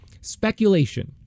speculation